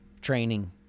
training